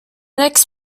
next